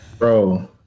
Bro